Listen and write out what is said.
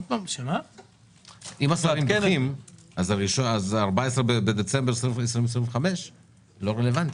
אם השרים דוחים אז 14 בדצמבר 2025 לא רלוונטי.